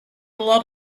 lot